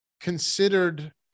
considered